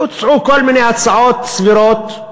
הוצעו כל מיני הצעות סבירות: